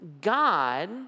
God